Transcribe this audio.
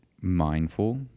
mindful